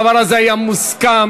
אבל אני מבקש,